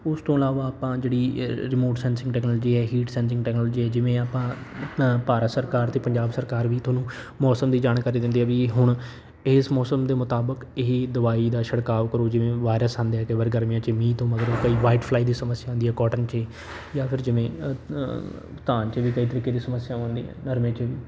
ਉਸ ਤੋਂ ਇਲਾਵਾ ਆਪਾਂ ਜਿਹੜੀ ਰਿਮੋਟ ਸੈਂਸਿੰਗ ਟੈਕਨੋਲਜੀ ਹੈ ਹੀਟ ਸੈਂਸਿੰਗ ਟੈਕਨੋਲਜੀ ਹੈ ਜਿਵੇਂ ਆਪਾਂ ਭਾਰਤ ਸਰਕਾਰ ਅਤੇ ਪੰਜਾਬ ਸਰਕਾਰ ਵੀ ਤੁਹਾਨੂੰ ਮੌਸਮ ਦੀ ਜਾਣਕਾਰੀ ਦਿੰਦੇ ਆ ਵੀ ਹੁਣ ਇਸ ਮੌਸਮ ਦੇ ਮੁਤਾਬਕ ਇਹ ਹੀ ਦਵਾਈ ਦਾ ਛਿੜਕਾਅ ਕਰੋ ਜਿਵੇਂ ਵਾਇਰਸ ਆਉਂਦੇ ਹੈ ਕਈ ਵਾਰ ਗਰਮੀਆਂ 'ਚ ਮੀਂਹ ਤੋਂ ਮਗਰੋਂ ਕਈ ਵਾਈਟ ਫਲਾਈ ਦੀ ਸਮੱਸਿਆ ਹੁੰਦੀ ਹੈ ਕੋਟਨ 'ਚ ਇਹ ਜਾਂ ਫਿਰ ਜਿਵੇਂ ਧਾਨ 'ਚ ਵੀ ਕਈ ਤਰੀਕੇ ਦੀ ਸਮੱਸਿਆ ਆਉਂਦੀ ਹੈ ਨਰਮੇ 'ਚ ਵੀ